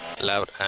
Loud